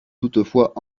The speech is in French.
toutefois